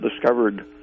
discovered